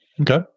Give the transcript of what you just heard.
Okay